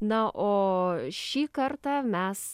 na o šį kartą mes